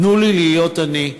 תנו לי להיות אני,